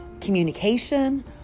communication